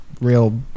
real